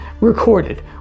recorded